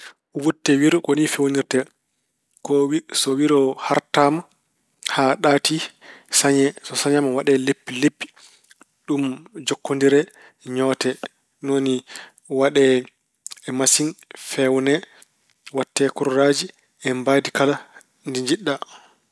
Wutte wiro ko ni feewnirtee. Ko- so wiro hartaama haa ɗaati, sañe. So sañaama, waɗee leppi leppi. Ɗum njokkondire, ñoote. Ni woni waɗee e masiŋ feewne, waɗte kuleeraaji e mbaydi kala ndi njiɗɗa.